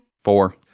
Four